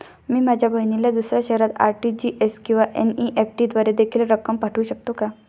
मी माझ्या बहिणीला दुसऱ्या शहरात आर.टी.जी.एस किंवा एन.इ.एफ.टी द्वारे देखील रक्कम पाठवू शकतो का?